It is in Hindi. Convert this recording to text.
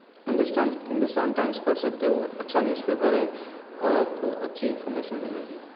हिंदुस्तान हिंदुस्तान टाइम्स पढ़ सकते हो अच्छा न्यूज़पेपर है और आपको अच्छी इंफ़ोर्मेशन मिलेगी